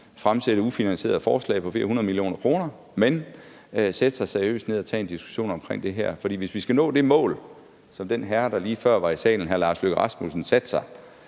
fremsætte ufinansierede forslag for flere hundrede millioner kroner, men sætte sig seriøst ned og tage en diskussion om det her. For hvis vi skal nå det mål, som den herre, der lige før var i salen, hr. Lars Løkke Rasmussen, satte sig,